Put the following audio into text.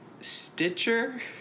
Stitcher